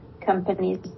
companies